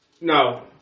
No